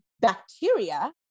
bacteria